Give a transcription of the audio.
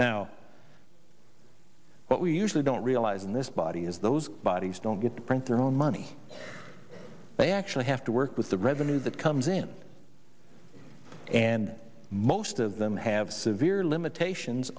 but we usually don't realize in this body is those bodies don't get to print their own money they actually have to work with the revenue that comes in and most of them have severe limitations